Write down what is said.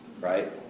right